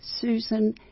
Susan